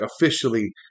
officially